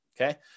okay